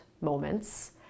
moments